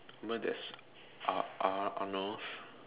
remember there's Ar~ Ar~ Arnolds